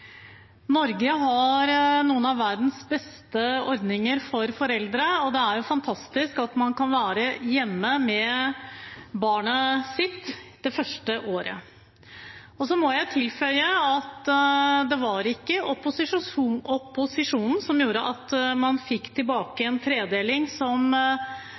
Norge har noen av verdens beste ordninger for foreldre, og det er fantastisk at man kan være hjemme med barnet sitt det første året. Jeg må tilføye at det ikke var opposisjonen som gjorde at man fikk tilbake en tredeling som